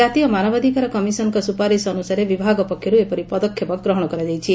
ଜାତୀୟ ମାନବାଧିକାର କମିଶନଙ୍ଙ ସ୍ପପାରିସ ଅନୁସାରେ ବିଭାଗ ପକ୍ଷରୁ ଏପରି ପଦକ୍ଷେପ ଗ୍ରହଣ କରାଯାଇଛି